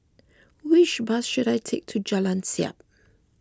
which bus should I take to Jalan Siap